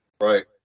Right